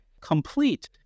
complete